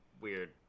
weird